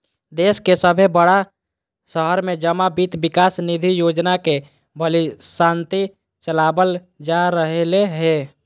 देश के सभे बड़ा शहर में जमा वित्त विकास निधि योजना के भलीभांति चलाबल जा रहले हें